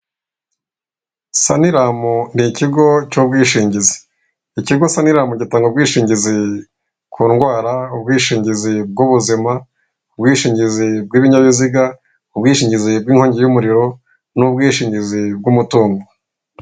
Sanilamu ni ikigo cy'ubwishingizi. Ikigo Sanilamu gitanga ubwishingizi ku ndwara, ubwishingizi bw'ubuzima, ubwishingizi bw'ibinyabiziga, ubwishingizi bw'inkongi y'umuriro n'ubwishingizi bw'umutungo.